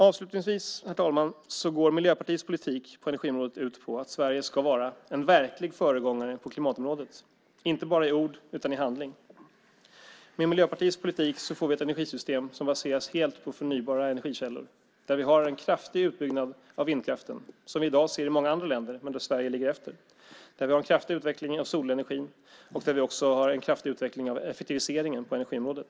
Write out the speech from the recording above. Avslutningsvis, herr talman, går Miljöpartiets politik på energiområdet ut på att Sverige ska vara en verklig föregångare på klimatområdet, inte bara i ord utan i handling. Med Miljöpartiets politik får vi ett energisystem som baseras helt på förnybara energikällor. Vi har där en kraftig utbyggnad av vindkraften, som vi i dag ser i många andra länder. Sverige ligger efter. Vi har där en kraftig utveckling inom solenergin och effektiviseringen på energiområdet.